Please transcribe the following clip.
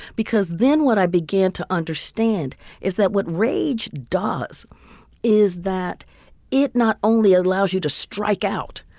because then what i began to understand is that what rage does is that it not only allows you to strike out,